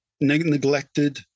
neglected